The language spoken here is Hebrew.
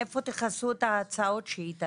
מאיפה תכסו את ההצעות שהיא תביא?